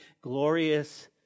glorious